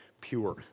pure